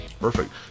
perfect